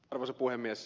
arvoisa puhemies